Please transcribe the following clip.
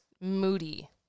moody